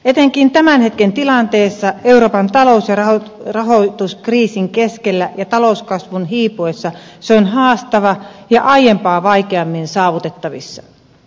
etenkin tämän hetken tilanteessa euroopan talous ja rahoituskriisin keskellä ja talouskasvun hiipuessa se on haastava ja aiempaa vaikeammin saavutettavissa